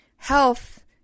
health